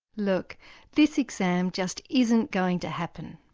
look this exam just isn't going to happen.